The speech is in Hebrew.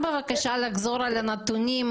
רגע, אבל מה, זה קורה מהשרוול?